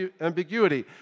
ambiguity